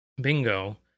Bingo